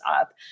up